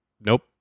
Nope